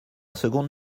seconde